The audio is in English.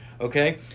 Okay